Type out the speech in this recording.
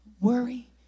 worry